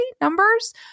numbers